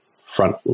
front